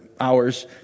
hours